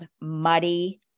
muddy